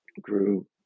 grew